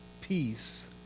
peace